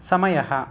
समयः